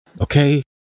okay